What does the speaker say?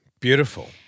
Beautiful